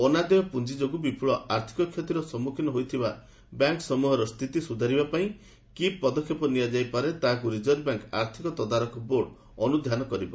ଅନାଦେୟ ପୁଞ୍ଜି ଯୋଗୁଁ ବିପୁଳ ଆର୍ଥକ କ୍ଷତିରେ ସମ୍ମୁଖୀନ ହୋଇଥିବା ବ୍ୟାଙ୍କ୍ ସମୁହର ସ୍ଥିତି ସୁଧାରିବା ପାଇଁ କି ପଦକ୍ଷେପ ନିଆଯାଇ ପାରେ ତାହାକୁ ରିଜର୍ଭ ବ୍ୟାଙ୍କ୍ ଆର୍ଥିକ ତଦାରଖ ବୋର୍ଡ ଅନୁଧ୍ୟାନ କରିବ